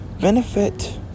benefit